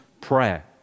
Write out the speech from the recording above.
prayer